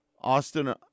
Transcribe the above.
Austin